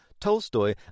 Tolstoy